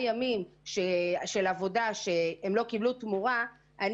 ימי עבודה שהם לא קיבלו תמורה עבורם,